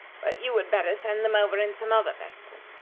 but you would better send them over in some other vessel.